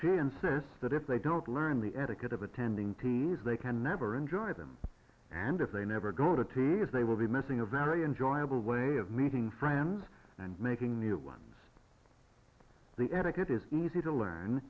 she insists that if they don't learn the etiquette of attending they can never enjoy them and if they never go to tea as they will be missing a very enjoyable way of meeting friends and making new ones the etiquette is easy to learn